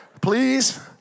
please